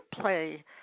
play